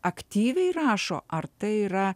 aktyviai rašo ar tai yra